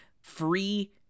Free